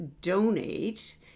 donate